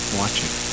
watching